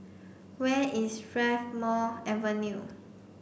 where is Strathmore Avenue